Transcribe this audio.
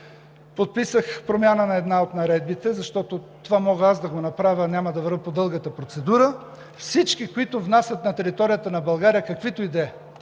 подписах промяна на една от наредбите, защото това мога да направя аз. Няма да вървя по дългата процедура, а за всички, които внасят на територията на България каквито и да